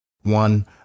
One